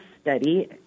study